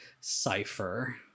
cipher